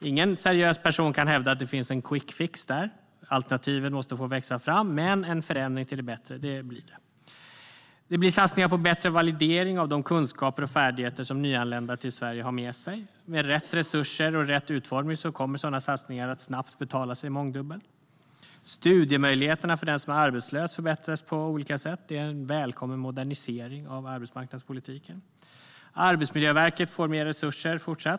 Ingen seriös person kan hävda att det finns en quickfix där, utan alternativen måste få växa fram. En förändring till det bättre blir det dock. Det blir satsningar på bättre validering av de kunskaper och färdigheter nyanlända till Sverige har med sig. Med rätt resurser och rätt utformning kommer sådana satsningar att snabbt betala sig mångdubbelt. Studiemöjligheterna för den som är arbetslös förbättras på olika sätt, vilket är en välkommen modernisering av arbetsmarknadspolitiken. Arbetsmiljöverket får fortsatt mer resurser.